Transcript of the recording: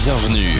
Bienvenue